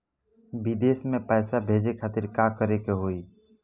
विदेश मे पैसा भेजे खातिर का करे के होयी?